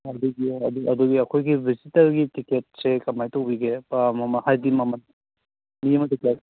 ꯑꯗꯨꯗꯤ ꯑꯗꯨꯒꯤ ꯑꯩꯈꯣꯏꯒꯤ ꯚꯤꯖꯤꯇꯔꯒꯤ ꯇꯤꯛꯀꯦꯠꯁꯦ ꯀꯃꯥꯏꯅ ꯇꯧꯕꯤꯒꯦ ꯍꯥꯏꯗꯤ ꯃꯃꯜ ꯃꯤ ꯑꯃꯒꯤ